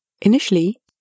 Initially